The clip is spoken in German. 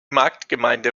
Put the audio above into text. marktgemeinde